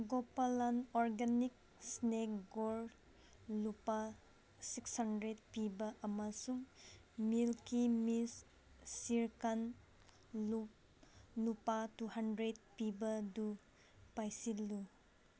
Gopalan organic ꯏꯁꯅꯦꯛ ꯒꯣꯔꯠ ꯂꯨꯄꯥ ꯁꯤꯛꯁ ꯍꯟꯗ꯭ꯔꯦꯠ ꯄꯤꯕ ꯑꯃꯁꯨꯡ ꯃꯤꯜꯀꯤ ꯃꯤꯁ ꯁ꯭ꯔꯤꯀꯥꯟ ꯂꯨꯄꯥ ꯇꯨ ꯍꯟꯗ꯭ꯔꯦꯠ ꯄꯤꯕꯗꯨ ꯄꯥꯏꯁꯤꯜꯂꯨ